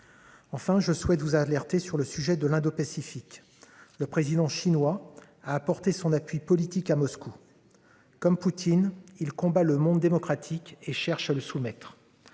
Enfin, je souhaite vous alerter sur le sujet de l'indopacifique. Le président chinois a apporté son appui politique à Moscou. Comme Poutine il combat le monde démocratique. Et cherche à le soumettre.